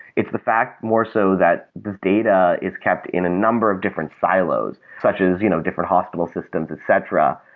it's the fact more so that data is kept in a number of different silos, such as you know different hospital systems, etc,